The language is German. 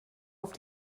auf